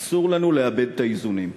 אסור לנו לאבד את האיזונים.